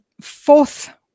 fourth